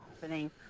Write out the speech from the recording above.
happening